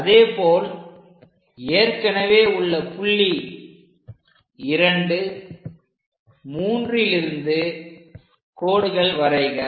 அதேபோல் ஏற்கனவே உள்ள புள்ளி 23லிருந்து கோடுகள் வரைக